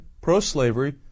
pro-slavery